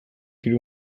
hiru